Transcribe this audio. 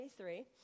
23